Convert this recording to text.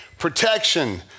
protection